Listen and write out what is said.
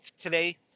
today